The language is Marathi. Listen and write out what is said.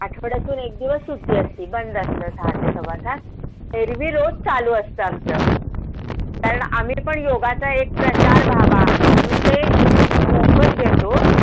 आठवड्यातून एक दिवस सुट्टी असते बंद असतं सहा ते सव्वा सात एरव्ही रोज चालू असतं आमचं कारण आम्ही पण योगाचा एक प्रसार व्हावा म्हणून ते मोफत घेतो